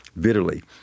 bitterly